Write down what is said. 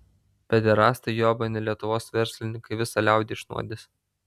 pederastai jobani lietuvos verslininkai visą liaudį išnuodys